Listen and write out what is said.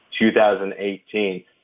2018